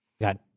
got